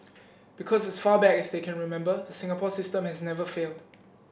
because as far back as they can remember the Singapore system has never failed